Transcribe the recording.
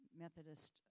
Methodist